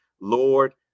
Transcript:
lord